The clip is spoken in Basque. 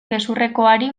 gezurrezkoari